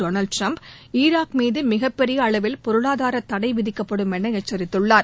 Donald Trump Iraq மீது மிகப்பெரிய அளவில் பொருளாதாரத் தடை விதிக்கப்படும் என எச்சரித்துள்ளார்